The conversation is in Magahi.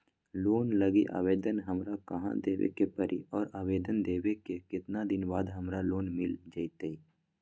लोन लागी आवेदन हमरा कहां देवे के पड़ी और आवेदन देवे के केतना दिन बाद हमरा लोन मिल जतई?